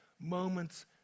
moments